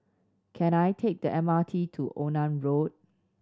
can I take the M R T to Onan Road